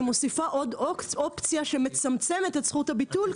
היא מוסיפה עוד אופציה שמצמצמת את זכות הביטול,